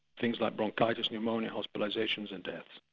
things like bronchitis, pneumonia, hospitalisations, and death.